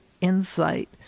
insight